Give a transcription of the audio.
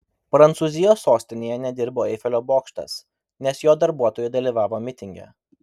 prancūzijos sostinėje nedirbo eifelio bokštas nes jo darbuotojai dalyvavo mitinge